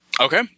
Okay